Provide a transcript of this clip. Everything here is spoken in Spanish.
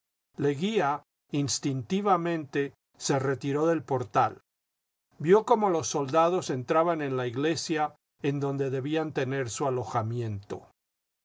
leguía instintivamente se retiró del portal vio cómo los soldados entraban en la iglesia en donde debían tener su alojamiento